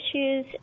issues